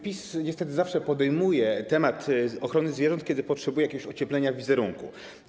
PiS niestety zawsze podejmuje temat ochrony zwierząt, kiedy potrzebuje jakiegoś ocieplenia wizerunku.